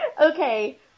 Okay